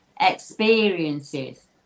experiences